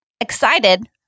excited